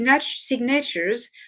signatures